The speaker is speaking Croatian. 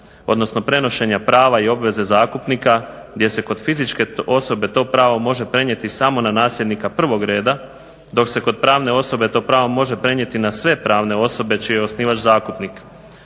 odnosno prenošenja prava i obveza zakupnika gdje se kod fizičke osobe to pravo može prenijeti samo na nasljednika prvog reda, dok se kod pravne osobe to pravo može prenijeti na sve pravne osobe čiji je osnivač zakupnik.